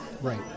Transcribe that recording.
Right